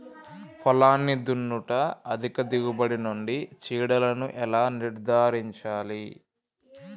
పొలాన్ని దున్నుట అధిక దిగుబడి నుండి చీడలను ఎలా నిర్ధారించాలి?